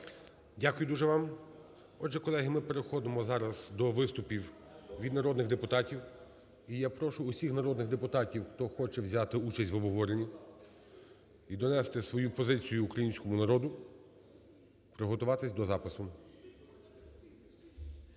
Дякую дуже вам. Отже, колеги, ми переходимо зараз до виступів від народних депутатів. І я прошу усіх народних депутатів, хто хоче взяти участь в обговоренні і донести свою позицію українському народу, приготуватися до запису.